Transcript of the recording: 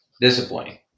Disappointing